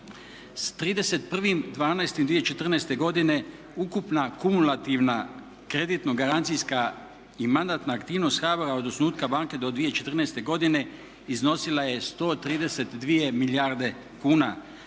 S 31.12.2014. godine ukupna kumulativna, kreditno-garancijska i mandatna aktivnost HBOR-a od osnutka banke do 2014. godine iznosila je 132 milijarde kuna